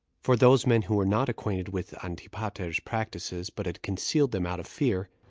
for those men who were not acquainted with antipater's practices, but had concealed them out of fear,